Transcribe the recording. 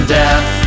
death